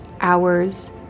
hours